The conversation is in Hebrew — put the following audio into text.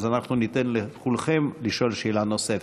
אז אנחנו ניתן לכולכם לשאול שאלה נוספת.